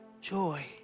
joy